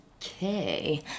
Okay